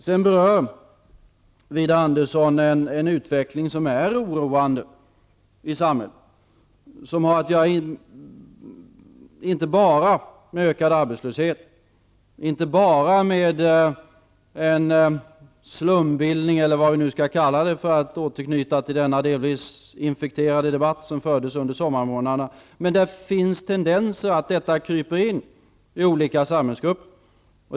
Sedan berör Widar Andersson en utveckling i samhället som är oroande. Den har inte bara att göra med en ökad arbetslöshet och en s.k. slumbildning, för att återknyta till den delvis infekterade debatt som fördes under sommarmånaderna. Det finns tendenser att detta kryper in i olika samhällsgrupper.